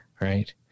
right